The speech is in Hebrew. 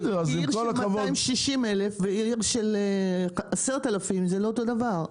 עיר של 260 אלף ועיר של 10 אלפים זה לא אותו דבר.